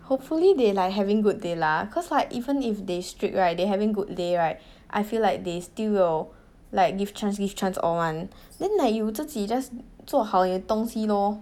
hopefully they like having good day lah cause like even if they strict right they having good day right I feel like they still will like give chance give chance all [one] then like you 自己 just 做好你的东西 lor